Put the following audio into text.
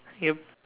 yup